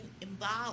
involved